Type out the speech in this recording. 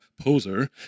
poser